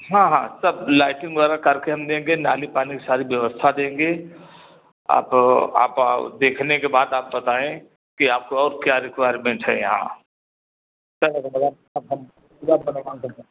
हाँ हाँ सब लाइटिंग वग़ैरह कर के हम देंगे नाली पानी सारी व्यवस्था देंगे आप आप आ देखने के बाद बताएँ कि आपको और क्या रिक्वारमेंट है यहाँ हम पूरा